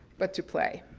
but to play.